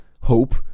hope